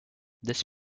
this